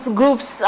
groups